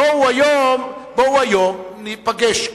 בואו היום ניפגש,